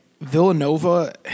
Villanova